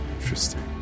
Interesting